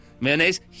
Mayonnaise